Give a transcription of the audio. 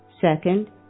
Second